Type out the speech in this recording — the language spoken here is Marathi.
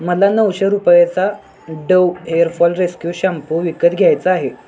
मला नऊशे रुपयेचा Dove hair fall rescue shampoo विकत घ्यायचा आहे